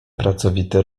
pracowity